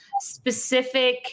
specific